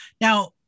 Now